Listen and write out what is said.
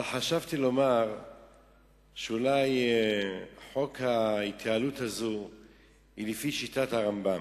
אבל חשבתי לומר שאולי חוק ההתייעלות הזה הוא לפי שיטת הרמב"ם.